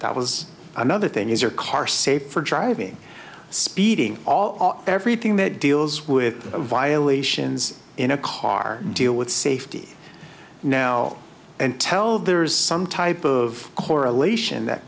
that was another thing is your car safe for driving speeding all everything that deals with violations in a car deal with safety now and tell there is some type of correlation that